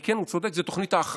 כן, הוא צודק, זאת תוכנית ההכרעה,